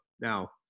now